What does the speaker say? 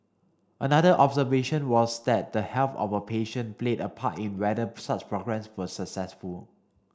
another observation was that the health of a patient played a part in whether such programmes were successful